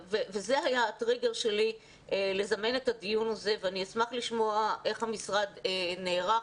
זה היה הטריגר שלי לזמן את הדיון הזה ואני אשמח לשמוע איך המשרד נערך,